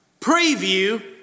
preview